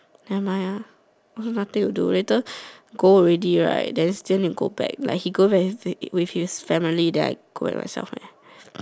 nevermind lah also nothing to do later go already right then still need to go back like he go back eat to eat with his family then I go back myself